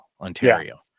Ontario